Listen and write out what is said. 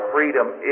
Freedom